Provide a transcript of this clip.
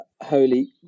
holy